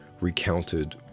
recounted